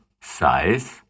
size